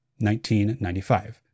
1995